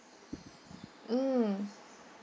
mm